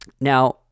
Now